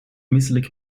misselijk